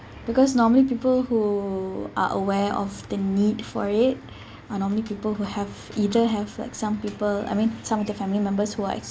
because normally people who are aware of the need for it are normally people who have either have like some people I mean some of their family members who are